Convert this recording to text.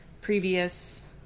previous